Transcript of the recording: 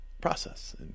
process